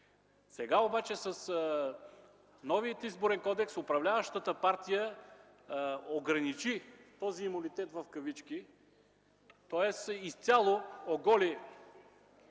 Сега обаче с новия Изборен кодекс управляващата партия ограничи този имунитет в кавички, тоест изцяло оголи